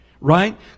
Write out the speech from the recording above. Right